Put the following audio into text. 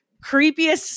creepiest